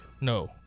no